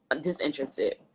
disinterested